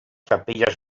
capelles